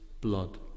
blood